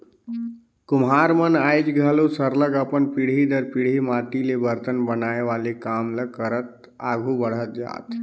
कुम्हार मन आएज घलो सरलग अपन पीढ़ी दर पीढ़ी माटी ले बरतन बनाए वाले काम ल करत आघु बढ़त जात हें